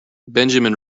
benjamin